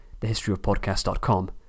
thehistoryofpodcast.com